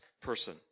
person